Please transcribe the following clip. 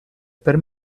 per